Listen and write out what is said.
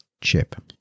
chip